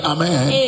Amen